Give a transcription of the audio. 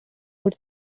food